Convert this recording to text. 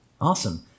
Awesome